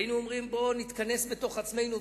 היינו אומרים: בואו נתכנס בתוך עצמנו.